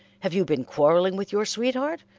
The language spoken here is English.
have you been quarrelling with your sweetheart?